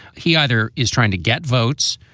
he either is trying to get votes,